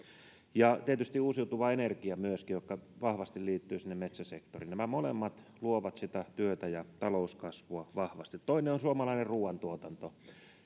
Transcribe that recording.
tietysti myöskin uusiutuvaa energiaa joka vahvasti liittyy sinne metsäsektorille nämä molemmat luovat työtä ja talouskasvua vahvasti toinen on suomalainen ruuantuotanto